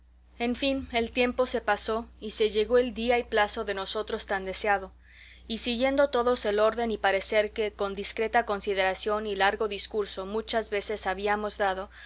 en fin el tiempo se pasó y se llegó el día y plazo de nosotros tan deseado y siguiendo todos el orden y parecer que con discreta consideración y largo discurso muchas veces habíamos dado